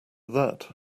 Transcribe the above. that